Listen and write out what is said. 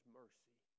mercy